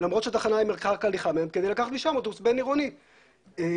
אז בפועל התחנה מדירה 50% מהאוכלוסייה שלא משרתת אותה.